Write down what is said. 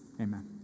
Amen